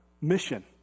Mission